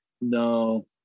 No